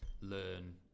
learn